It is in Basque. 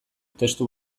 testu